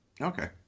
Okay